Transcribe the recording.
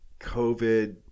COVID